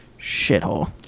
shithole